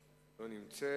אינה נמצאת.